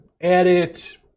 edit